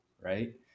right